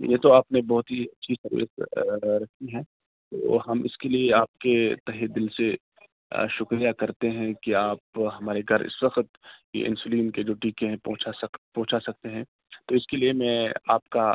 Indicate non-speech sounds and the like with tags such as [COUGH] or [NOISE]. یہ تو آپ نے بہت ہی اچھی [UNINTELLIGIBLE] کی ہیں تو ہم اس کے لیے آپ کے تہ دل سے شکریہ کرتے ہیں کہ آپ ہمارے گھر اس وقت یہ انسولین کے جو ٹیکے ہیں پہنچا سک پہنچا سکتے ہیں تو اس کے لیے میں آپ کا